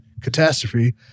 catastrophe